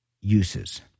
uses